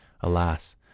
Alas